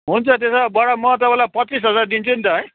हुन्छ त्येसो भए बडा म तपाईँलाई पच्चिस हजार दिन्छु नि त है